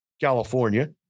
California